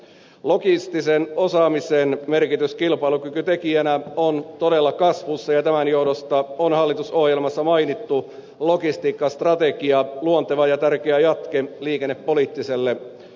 logistisen osaamisen merkitys kilpailukykytekijänä on todella kasvussa ja tämän johdosta on hallitusohjelmassa mainittu logistiikkastrategia luonteva ja tärkeä jatke liikennepoliittiselle selonteolle